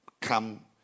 come